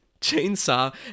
chainsaw